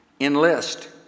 enlist